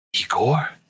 Igor